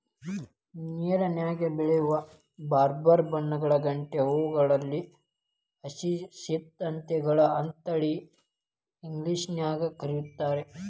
ನೇರನ್ಯಾಗ ಬೆಳಿಯೋ ಬ್ಯಾರ್ಬ್ಯಾರೇ ಬಣ್ಣಗಳ ಗಂಟೆ ಹೂಗಳನ್ನ ಹಯಸಿಂತ್ ಗಳು ಅಂತೇಳಿ ಇಂಗ್ಲೇಷನ್ಯಾಗ್ ಕರೇತಾರ